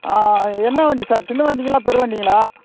ஆ என்ன வண்டி சார் சின்ன வண்டிங்களா பெரிய வண்டிங்களா